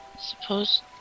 Suppose